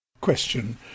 Question